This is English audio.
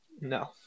No